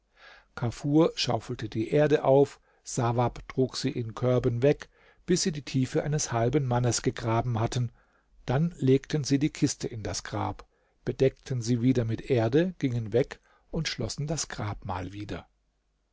kafur schaufelte die erde auf und sawab trug sie in körben weg bis sie die tiefe eines halben mannes gegraben hatten dann legten sie die kiste in das grab bedeckten sie wieder mit erde gingen weg und schlossen das grabmal wieder